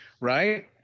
Right